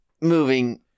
moving